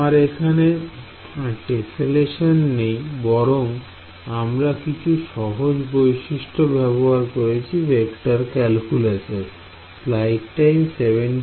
আমার এখানে তেসেলেসন নেই বরং আমরা কিছু সহজ বৈশিষ্ট্য ব্যবহার করেছি ভেক্টর ক্যালকুলাসের